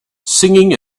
singing